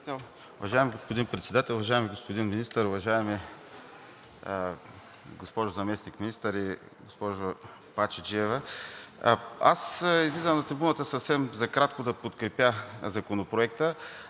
Уважаеми господин Председател, уважаеми господин Министър, уважаема госпожо Заместник-министър и госпожо Пачеджиева! Аз излизам на трибуната съвсем накратко да подкрепя Законопроекта.